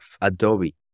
Adobe